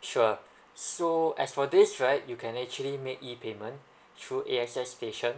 sure so as for this right you can actually make e payment through A_X_S station